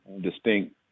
distinct